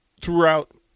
throughout